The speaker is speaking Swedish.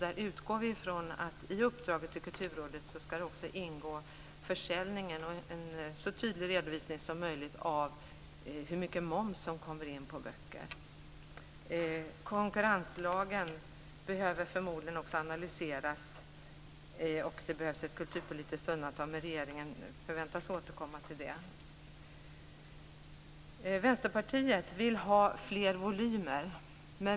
Vi utgår från att det i uppdraget till Kulturrådet också skall ingå en så tydlig redovisning som möjligt av hur mycket moms som kommer in på böcker. Konkurrenslagen behöver förmodligen analyseras. Det behövs ett kulturpolitiskt undantag, men regeringen förväntas återkomma till detta. Vänsterpartiet vill ha fler volymer.